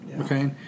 Okay